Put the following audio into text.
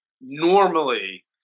normally